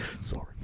Sorry